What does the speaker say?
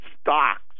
stocks